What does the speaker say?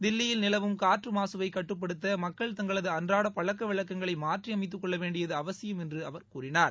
தில்லியில் நிலவும் காற்று மாசுவைக் கட்டுப்படுத்த மக்கள் தங்களது அன்றாட பழக்க வழக்கங்களை மாற்றி அமைத்துக்கொள்ளவேண்டியது அவசியம் என்று அவர் கூறினார்